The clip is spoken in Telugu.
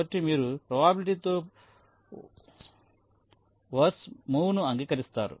కాబట్టి మీరు ప్రాబబిలిటీ తో వర్స్ మూవ్ ను అంగీకరిస్తారు